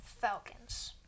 Falcons